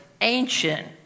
ancient